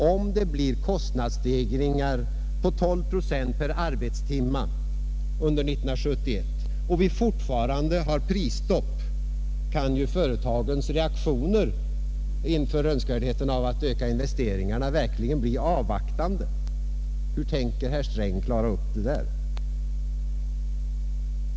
Om det blir kostnadsstegringar på tolv procent per arbetstimme under 1971 och vi fortfarande har prisstopp, kan ju företagens reaktioner inför önskvärdheten av att öka investeringarna verkligen bli avvaktande. Hur tänker herr Sträng klara upp det?